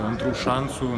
antrų šansų